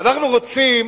אנחנו רוצים